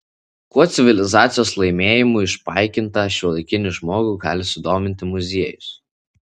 kuo civilizacijos laimėjimų išpaikintą šiuolaikinį žmogų gali sudominti muziejus